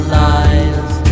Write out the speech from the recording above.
lies